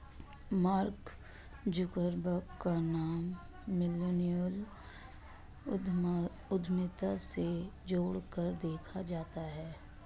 mark Zuckerberg का नाम millennial उद्यमिता से जोड़कर देखा जाता है